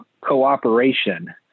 cooperation